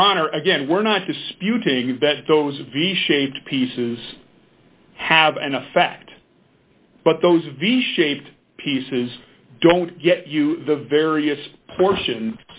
your honor again we're not disputing that those vs shaped pieces have an effect but those vs shaped pieces don't get you the various portion